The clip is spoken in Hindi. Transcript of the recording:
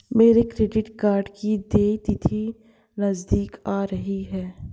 मेरे क्रेडिट कार्ड की देय तिथि नज़दीक आ रही है